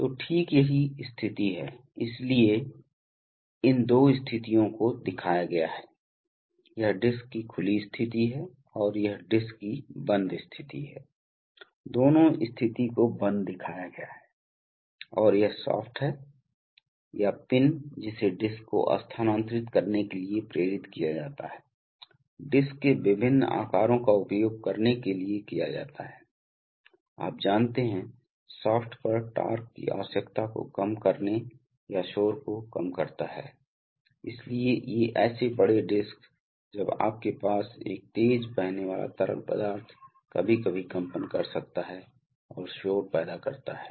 तो ठीक यही स्थिति है इसलिए इन दो स्थितियों को दिखाया गया है यह डिस्क की खुली स्थिति है और यह डिस्क की बंद स्थिति है दोनों स्थिति को बंद दिखाया गया है और यह शाफ्ट है या पिन जिसे डिस्क को स्थानांतरित करने के लिए प्रेरित किया जाता है डिस्क के विभिन्न आकारों का उपयोग करने के लिए किया जाता है आप जानते हैं शाफ्ट पर टार्क की आवश्यकता को कम करने या शोर को कम करता है इसलिए ये ऐसे बड़े डिस्क जब आपके पास एक तेज बहने वाला तरल पदार्थ कभी कभी कंपन कर सकता है और शोर पैदा करता है